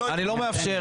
לא, אני לא מאפשר.